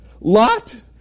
Lot